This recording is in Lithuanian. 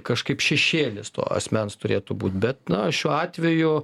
kažkaip šešėlis to asmens turėtų būti bet na šiuo atveju